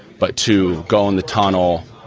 but to go in the tunnel.